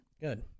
Good